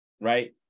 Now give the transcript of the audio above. right